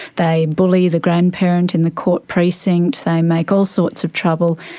they bully the grandparent in the court precinct, they make all sorts of trouble.